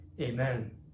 amen